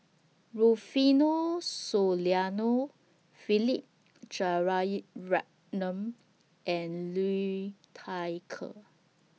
Rufino Soliano Philip and Liu Thai Ker